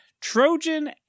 Trojan